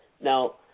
Now